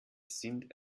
sind